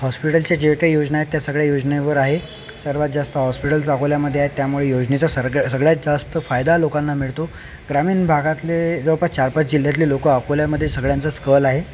हॉस्पिटलच्या जे काही योजना आहेत त्या सगळ्या योजनेवर आहे सर्वात जास्त हॉस्पिटल्स अकोल्यामध्ये आहेत त्यामुळे योजनेचं सरग सगळ्यात जास्त फायदा लोकांना मिळतो ग्रामीण भागातले जवळपास चार पाच जिल्ह्यातले लोकं अकोल्यामध्ये सगळ्यांचंच कल आहे